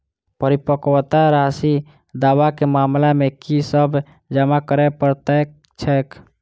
परिपक्वता राशि दावा केँ मामला मे की सब जमा करै पड़तै छैक?